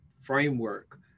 framework